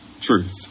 truth